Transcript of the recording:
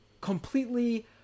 completely